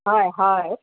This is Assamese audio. হয় হয়